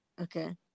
Okay